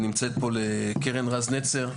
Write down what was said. אני נמצאת פה קרן רז-נצר.